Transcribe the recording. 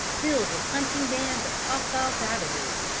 filled with hunting bands of hostile savages.